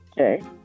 Okay